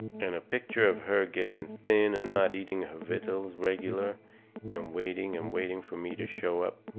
and a picture of her getting thin and not eating her vittles regular and waiting and waiting fur me to show up,